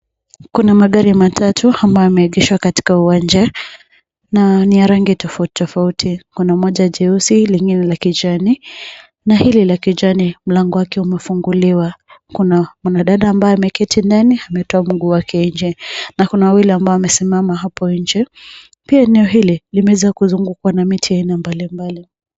Kuna magari matatu ambaye yameegeshwa katika uwanja na ni ya rangi tofauti tofauti. Kuna moja jeusi lingine la kijani na hili la kijani mlango wake umefunguliwa, kuna mwanadada ambaye ameketi ndani na ametoa mguu wake nje na kuna wawili ambao wamesimama hapo nje. Pia eneo hili limeweza kuzungukwa na miti ya aina mbalimbali.